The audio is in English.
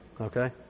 Okay